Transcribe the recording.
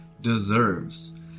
deserves